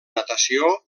natació